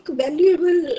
valuable